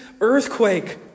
earthquake